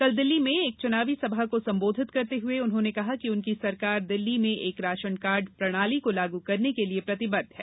कल दिल्ली में एक चुनावी सभा को संबोधित करते हुए उन्होंने कहा कि उनकी सरकार दिल्ली में एक राशन कार्ड प्रणाली को लागू करने के लिए प्रतिबद्ध है